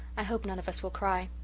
i hope none of us will cry.